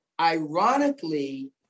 ironically